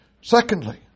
Secondly